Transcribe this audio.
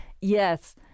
Yes